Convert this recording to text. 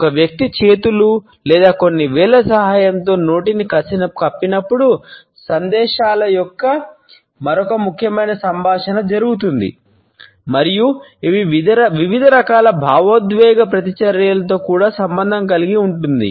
ఒక వ్యక్తి చేతులు లేదా కొన్ని వేళ్ల సహాయంతో నోటిని కప్పినప్పుడు సందేశాల యొక్క మరొక ముఖ్యమైన సంభాషణ జరుగుతుంది మరియు ఇది వివిధ రకాల భావోద్వేగ ప్రతిచర్యలతో కూడా సంబంధం కలిగి ఉంటుంది